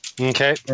Okay